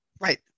Right